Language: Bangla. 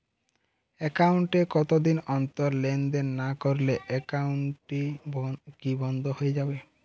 একাউন্ট এ কতদিন অন্তর লেনদেন না করলে একাউন্টটি কি বন্ধ হয়ে যাবে?